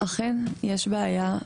אכן יש בעיה.